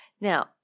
Now